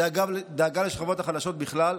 דאגה לשכבות החלשות בכלל.